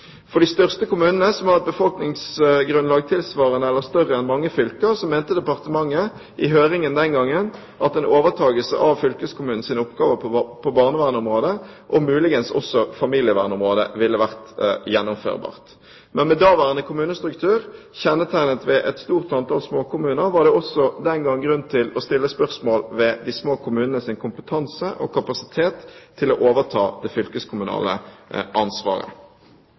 for fylkeskommunene, og det var ingen grunn til å tro at det skulle være lettere for kommunene. For de største kommunene, som har et befolkningsgrunnlag tilsvarende eller større enn mange fylker, mente departementet i høringen den gangen at en overtakelse av fylkeskommunenes oppgaver på barnevernsområdet og muligens også familievernområdet ville vært gjennomførbart. Men med daværende kommunestruktur, kjennetegnet ved et stort antall småkommuner, var det også den gang grunn til å stille spørsmål ved de små kommunenes kompetanse og kapasitet til å